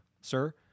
sir